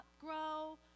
grow